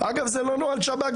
אגב זה לא נוהל שב"כ.